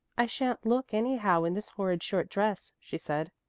i shan't look anyhow in this horrid short dress, she said.